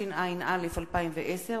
התשע”א 2010,